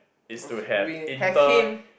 it's to have inter